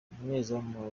umunyezamu